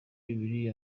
bibiliya